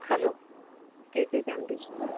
hello K K cambridge school